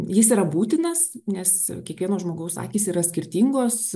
jis yra būtinas nes kiekvieno žmogaus akys yra skirtingos